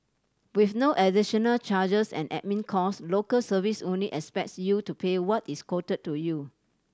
with no additional charges and admin cost Local Service only expects you to pay what is quoted to you